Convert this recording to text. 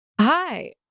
Hi